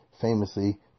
famously